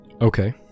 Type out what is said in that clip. Okay